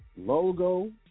Logo